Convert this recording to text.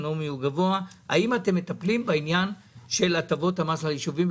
האם אתם מטפלים בעניין של הטבות המס ליישובים,